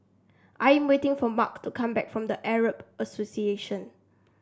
I'm waiting for Marc to come back from The Arab Association